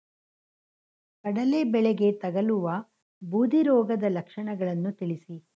ಕಡಲೆ ಬೆಳೆಗೆ ತಗಲುವ ಬೂದಿ ರೋಗದ ಲಕ್ಷಣಗಳನ್ನು ತಿಳಿಸಿ?